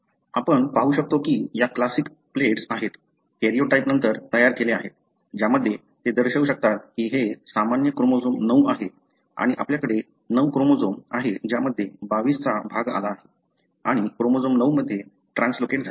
आपण पाहू शकतो की या क्लासिक प्लेट्स आहेत कॅरिओटाइप नंतर तयार केले आहेत ज्यामध्ये ते दर्शवू शकतात की हे सामान्य क्रोमोझोम 9 आहे आणि आपल्याकडे 9 क्रोमोझोम आहे ज्यामध्ये क्रोमोझोम 22 चा भाग आला आणि क्रोमोझोम 9 मध्ये ट्रान्सलोकेट झाले